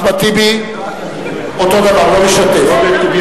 אחמד טיבי, אותו דבר, לא משתתף.